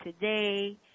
today